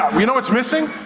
um you know what's missing?